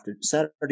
Saturday